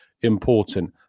important